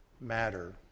matter